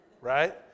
Right